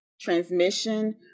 transmission